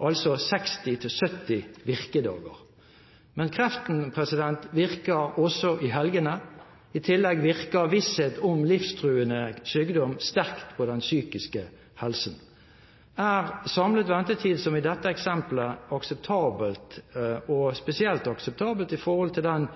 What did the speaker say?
altså 60–70 virkedager. Men kreften virker også i helgene. I tillegg virker visshet om livstruende sykdom sterkt på den psykiske helsen. Er samlet ventetid som i dette eksemplet akseptabelt, og spesielt akseptabelt i forhold til den